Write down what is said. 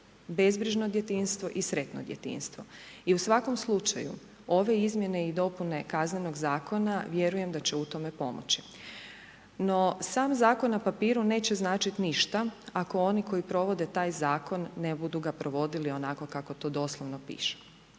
bezbrižno djetinjstvo i sretno djetinjstvo i u svakom slučaju ove izmjene i dopune Kaznenog zakona vjerujem da će u tome pomoći. No sam zakon na papiru neće značit ništa ako oni koji provode taj zakon ne budu ga provodili onako kako to doslovno piše.